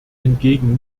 hingegen